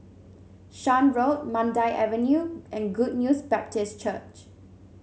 Shan Road Mandai Avenue and Good News Baptist Church